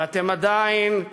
ואתם עדיין,